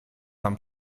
tam